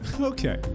Okay